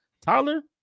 Tyler